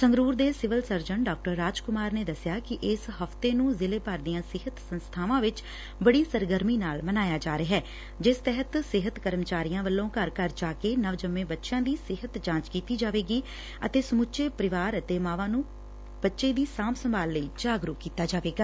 ਸੰਗਰੂਰ ਦੇ civil surgeon Dr Raj Kumar ਨੇ ਦਸਿਆ ਕਿ ਇਸ ਹਫ਼ਤੇ ਨੂੰ ਜ਼ਿਲ੍ਹੇ ਭਰ ਦੀਆਂ ਸਿਹਤ ਸੰਸਬਾਵਾ ਵਿਚ ਬੜੀ ਸਰਗਰਮੀ ਨਾਲ ਮਨਾਇਆ ਜਾ ਰਿਹੈ ਜਿਸ ਤਹਿਤ ਸਿਹਤ ਕਰਮਚਾਰੀਆ ਵੱਲੋ ਘਰ ਘਰ ਜਾ ਕੇ ਬਚਿਆਂ ਦੀ ਸਿਹਤ ਜਾਂਚ ਕੀਤੀ ਜਾਵੇਗੀ ਅਤੇ ਸਮੁੱਚੇ ਪਰਿਵਾਰ ਨੂੰ ਬੱਚੇ ਦੀ ਸਾਂਭ ਸੰਭਾਲ ਲਈ ਜਾਗਰੁਕ ਕੀਤਾ ਜਾਵੇਗਾ